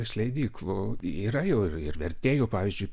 iš leidyklų yra jau ir vertėjų pavyzdžiui